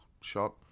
shot